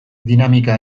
dinamika